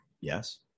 yes